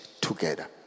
together